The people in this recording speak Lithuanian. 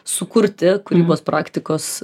sukurti kūrybos praktikos